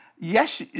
Yes